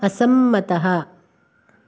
असम्मतः